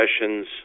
sessions